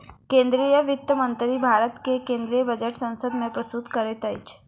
केंद्रीय वित्त मंत्री भारत के केंद्रीय बजट संसद में प्रस्तुत करैत छथि